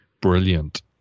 brilliant